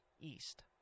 east